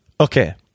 Okay